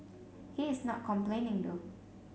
he is not complaining though